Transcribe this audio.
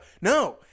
no